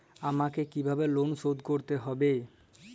আমাকে কিভাবে লোন শোধ করতে হবে?